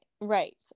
right